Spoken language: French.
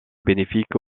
bénéfique